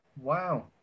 Wow